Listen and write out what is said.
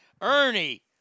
Ernie